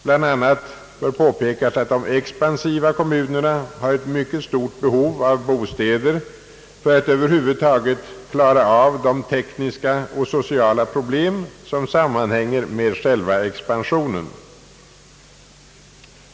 Bland annat bör påpekas att de expansiva kommunerna har ett mycket stort behov av bostäder för att över huvud taget klara de tekniska och sociala problem som sammanhänger med själva expansionen.